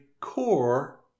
core